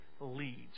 leads